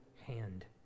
hand